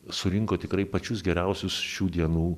surinko tikrai pačius geriausius šių dienų